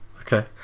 okay